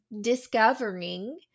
discovering